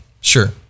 Sure